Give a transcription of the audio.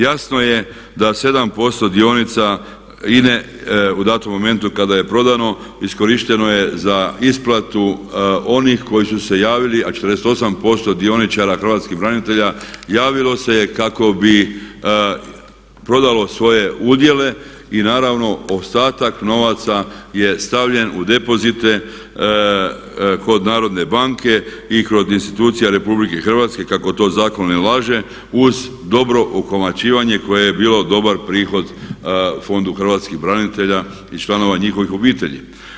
Jasno je da 7% dionica INA-e u datom momentu kada je prodano iskorišteno je za isplatu onih koji su se javili, a 48% dioničara hrvatskih branitelja javilo se je kako bi prodalo svoje udjele i naravno ostatak novaca je stavljen u depozite kod Narodne banke i kod institucija Republike Hrvatske kako to zakon nalaže uz dobro ukamaćivanje koje je bilo dobar prihod Fondu hrvatskih branitelja i članova njihovih obitelji.